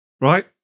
right